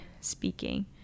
speaking